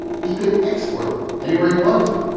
he could export them anywhere he wanted to.